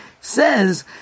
says